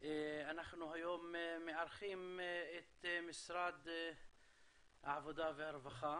אנחנו היום מארחים את משרד העבודה והרווחה